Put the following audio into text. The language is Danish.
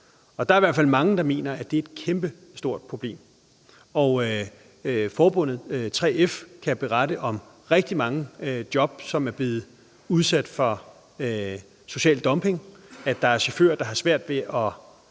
Der er i hvert fald mange, som mener, at det er et kæmpestort problem. Og forbundet 3F kan berette, at der er rigtig mange job, som er blevet udsat for social dumping, og at der er chauffører, der har svært ved at